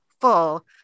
full